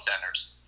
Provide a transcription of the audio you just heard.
centers